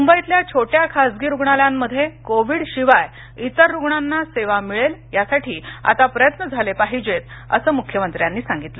मुंबईतल्या छोट्या खासगी रुग्णालयांमध्ये कोविड शिवाय इतर रुग्णांना सेवा मिळेल यासाठी आता प्रयत्न झाले पाहिजेतअसं मुख्यमंत्र्यांनी सांगितल